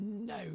no